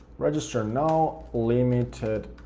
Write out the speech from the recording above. register now, limited